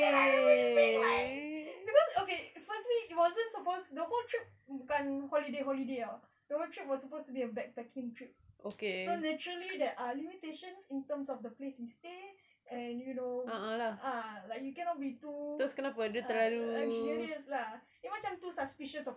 then everybody like cause okay firstly it wasn't supposed the whole trip bukan holiday holiday [tau] the whole trip was supposed to be a backpacking trip so naturally there are limitations in terms of the place we stay and you know ah like you cannot be too luxurious lah dia macam too suspicious